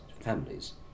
families